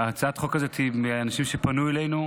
שהצעת החוק הזאת, מאנשים שפנו אלינו,